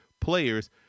players